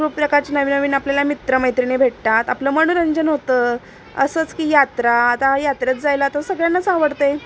खूप प्रकारची नवीन नवीन आपल्याला मित्र मैत्रिणी भेटतात आपलं मनोरंजन होतं असंच की यात्रा आता यात्राच जायला तर सगळ्यांनाच आवडते